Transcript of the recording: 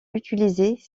utilisés